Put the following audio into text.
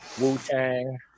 Wu-Tang